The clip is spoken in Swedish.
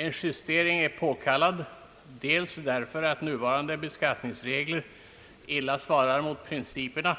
En justering är påkallad dels därför att nuvarande beskattningsregler illa svarar mot principerna